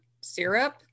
syrup